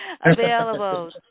available